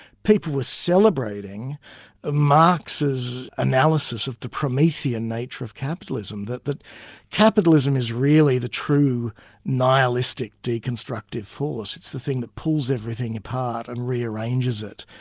people were celebrating ah marx's analysis of the promethean nature of capitalism, that capitalism is really the true nihilistic, deconstructed force, it's the thing that pulls everything apart and rearranges it,